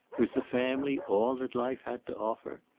was the family all that life had to offer?